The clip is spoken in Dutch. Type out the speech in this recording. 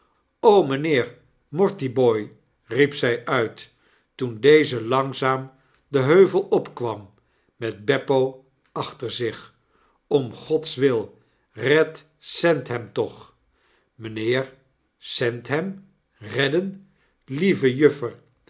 mynheer mortibooi riep zy uit toen deze langzaam den heuvel opkwam met beppo achter zich om gods wil red sandham toch mijnheer sandham redden lieve